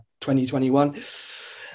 2021